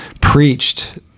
preached